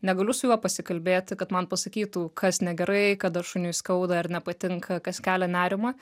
negaliu su juo pasikalbėti kad man pasakytų kas negerai kada šuniui skauda ar nepatinka kas kelia nerimą